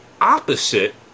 opposite